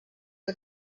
que